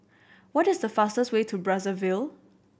what is the fastest way to Brazzaville